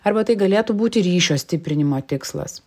arba tai galėtų būti ryšio stiprinimo tikslas